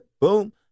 Boom